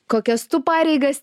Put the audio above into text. kokias tu pareigas